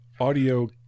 audio